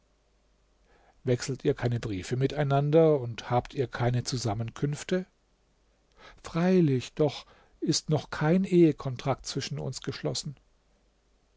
wechselt ihr keine briefe miteinander und habt ihr keine zusammenkünfte freilich doch ist noch kein ehekontrakt zwischen uns geschlossen